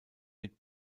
mit